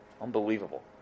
unbelievable